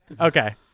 Okay